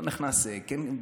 אני לא נכנס אם זה כן בזבוז,